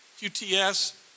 QTS